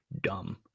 dumb